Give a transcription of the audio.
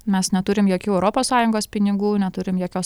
mes neturim jokių europos sąjungos pinigų neturim jokios